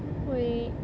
wait